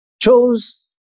chose